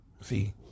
See